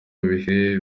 bihe